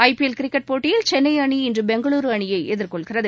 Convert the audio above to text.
ஐ P L cricket போட்டியில் சென்னை அணி இன்று பெங்களுரு அணியை எதிர்கொள்கிறது